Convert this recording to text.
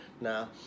Now